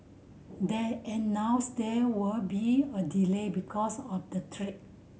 they announced there were be a delay because of the track